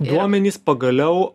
duomenys pagaliau